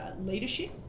leadership